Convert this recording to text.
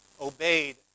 obeyed